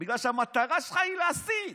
בגלל שהמטרה שלך היא להסית.